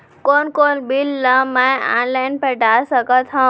कोन कोन बिल ला मैं ऑनलाइन पटा सकत हव?